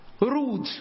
rude